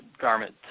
garment